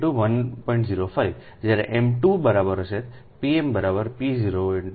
05 જ્યારે m બરાબર 2 pm p01